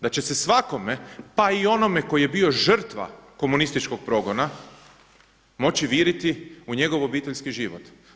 Da će se svakome pa i onome koji je bio žrtva komunističkog progona moći viriti u njegov obiteljski život.